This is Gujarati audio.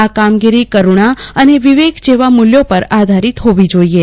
આ કામગીરી કરુણા અને વિવેક જેવા મુલ્યો પર આધારિત હોવી જોઈએ